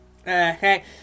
Okay